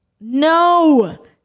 no